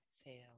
exhale